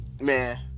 Man